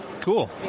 cool